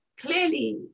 clearly